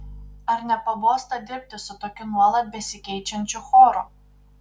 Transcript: ar nepabosta dirbti su tokiu nuolat besikeičiančiu choru